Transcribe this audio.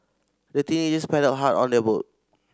the teenagers paddled hard on their boat